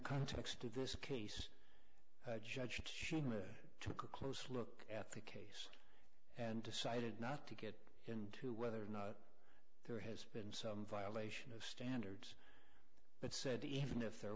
context of this case judge shame it took a close look at the case and decided not to get into whether or not there has been some violation of standards but said even if there